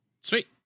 Sweet